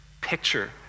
picture